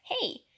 hey